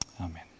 Amen